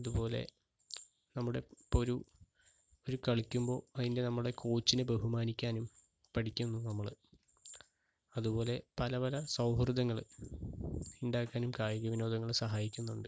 അതുപോലെ നമ്മുടെ ഇപ്പോൾ ഒരു ഒരു കളിക്കുമ്പോൾ അതിന്റെ നമ്മുടെ കോച്ചിനെ ബഹുമാനിക്കാനും പഠിക്കുന്നു നമ്മൾ അതുപോലെ പല പല സൗഹൃദങ്ങൾ ഉണ്ടാക്കാനും കായിക വിനോദങ്ങൾ സഹായിക്കുന്നുണ്ട്